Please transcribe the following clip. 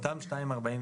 אותם 2.45%